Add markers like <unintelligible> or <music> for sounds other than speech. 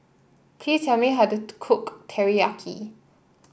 please tell me how to <unintelligible> cook Teriyaki